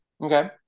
Okay